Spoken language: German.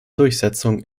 durchsetzung